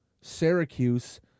Syracuse